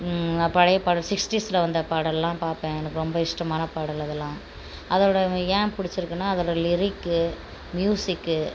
பழைய பாடல் சிஸ்ட்டிஸில் வந்த பாடல்லாம் பார்ப்பேன் எனக்கு ரொம்ப இஷ்டமான பாடல் அதெலாம் அதோட ஏன் பிடிச்சு இருக்குதுன்னா அதோட லிரிக்கு மியூசிக்கு